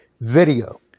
video